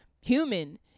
human